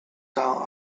son